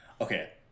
Okay